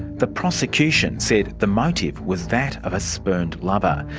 the prosecution said the motive was that of a spurned lover.